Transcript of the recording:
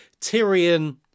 Tyrion